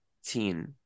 teen